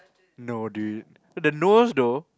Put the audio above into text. no dude the nose though